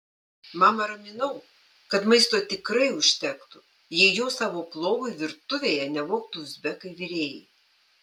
mamą raminau kad maisto tikrai užtektų jei jo savo plovui virtuvėje nevogtų uzbekai virėjai